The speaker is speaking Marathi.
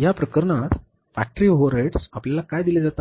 या प्रकरणात फॅक्टरी ओव्हरहेड्स आपल्याला काय दिले जातात